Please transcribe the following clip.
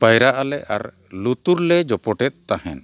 ᱯᱟᱭᱨᱟᱜ ᱟᱞᱮ ᱟᱨ ᱞᱩᱛᱩᱨ ᱞᱮ ᱡᱚᱯᱚᱴᱮᱫ ᱛᱟᱦᱮᱱ